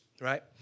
Right